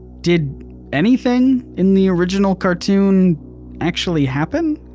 did anything in the original cartoon actually happen?